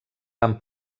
van